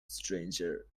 stranger